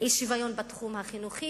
אי-שוויון בתחום החינוכי.